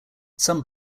some